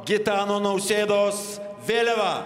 gitano nausėdos vėliava